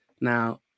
Now